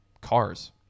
cars